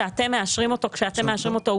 שאתם מאשרים אותו כשאתם מאשרים אותו,